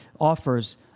offers